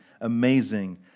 amazing